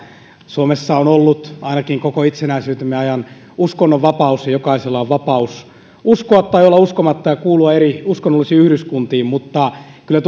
suomessa on ollut ainakin koko itsenäisyytemme ajan uskonnonvapaus ja jokaisella on vapaus uskoa tai olla uskomatta ja kuulua erilaisiin uskonnollisiin yhdyskuntiin mutta kyllä